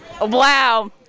Wow